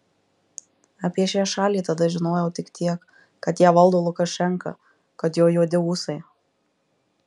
apie šią šalį tada žinojau tik tiek kad ją valdo lukašenka kad jo juodi ūsai